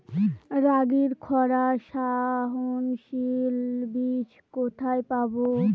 রাগির খরা সহনশীল বীজ কোথায় পাবো?